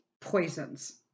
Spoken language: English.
poisons